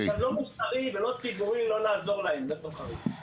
זה לא מוסרי ולא ציבורי לא לעזור לסוחרים.